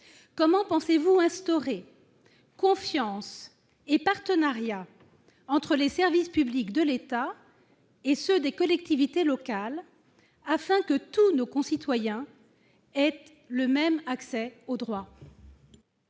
comment pensez-vous instaurer confiance et partenariat entre les services publics de l'État et ceux des collectivités locales, afin que tous nos concitoyens aient le même accès au droit ?